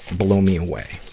blow me away.